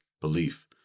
belief